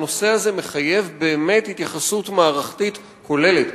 הנושא הזה מחייב התייחסות מערכתית כוללת.